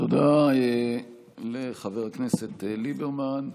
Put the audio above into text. תודה לחבר הכנסת ליברמן.